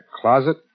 closet